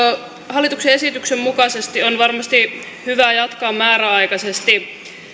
hallituksen esityksen mukaisesti on varmasti hyvä jatkaa määräaikaisesti